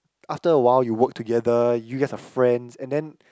after awhile you work together you guys are friends and then